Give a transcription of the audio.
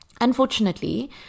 unfortunately